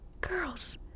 girls